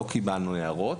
לא קיבלנו מהם הערות.